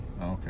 Okay